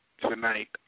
tonight